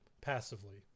passively